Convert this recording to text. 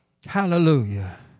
Hallelujah